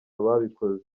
ababikoze